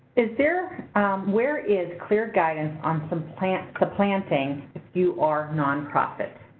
is there where is clear guidance on some plant supplanting if you are nonprofit?